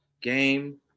Game